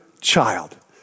child